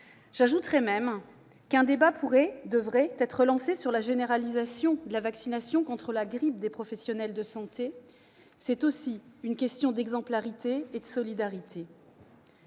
J'ajouterai même qu'un débat devrait être lancé sur la généralisation de la vaccination contre la grippe des professionnels de santé ; c'est aussi une question d'exemplarité et de solidarité.